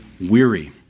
weary